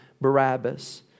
Barabbas